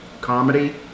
comedy